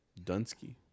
Dunsky